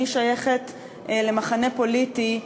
אני שייכת למחנה פוליטי,